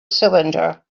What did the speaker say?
cylinder